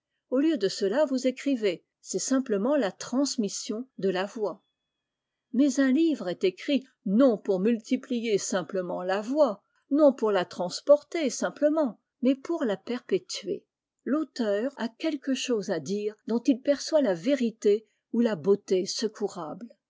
au lieu de cela vous écrivez c'est simplement la transmission de la voix mais un livre est écrit non pour multiplier simplement la voix non pour la transporter simplement mais pour la perpétuer lauteur a quelque chose à dire dont il perçoit la vérité ou la beauté secourable